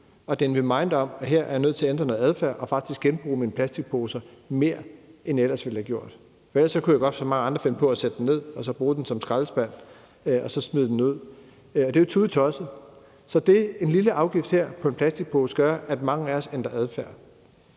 det er en reminder om, at her er jeg nødt til at ændre noget adfærd og faktisk genbruge mine plastikposer mere, end jeg ellers ville have gjort. Ellers kunne jeg godt som mange andre finde på at sætte den ned og bruge den som skraldespand og så smide den ud, men det er jo tudetosset. Så en lille afgift på en plastikpose gør, at mange af os ændrer adfærd.